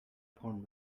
porn